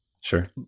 Sure